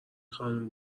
خانم